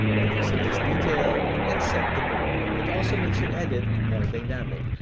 emphasize detail, and set the mood. it also makes your edit more dynamic.